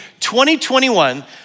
2021